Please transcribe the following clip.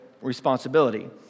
responsibility